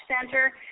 Center